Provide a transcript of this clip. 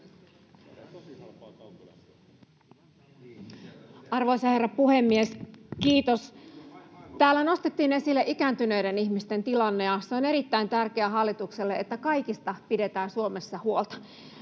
Arvoisa herra puhemies! Kiitos. — Täällä nostettiin esille ikääntyneiden ihmisten tilanne, ja se on erittäin tärkeää hallitukselle, että kaikista pidetään Suomessa huolta.